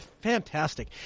Fantastic